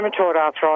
arthritis